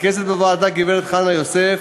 רכזת בוועדה, הגברת חנה יוסף,